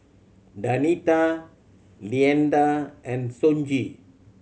Danita Leander and Sonji